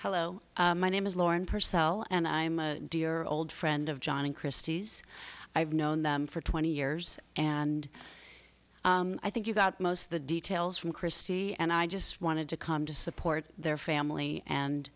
hello my name is lauren purcell and i'm a dear old friend of john and christie's i've known them for twenty years and i think you got most of the details from christie and i just wanted to come to support their family and